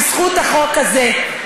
בזכות החוק הזה,